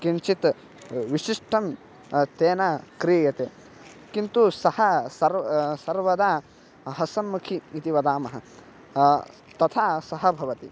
किञ्चित् विशिष्टं तेन क्रियते किन्तु सः सर् सर्वदा हसन्मुखिः इति वदामः तथा सः भवति